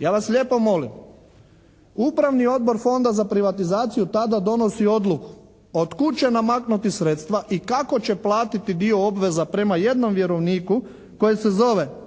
Ja vas lijepo molim Upravni odbor Fonda za privatizaciju tada donosi odluku od kud će namaknuti sredstva i kako će platiti dio obveza prema jednom vjerovniku koji se zove LHB International,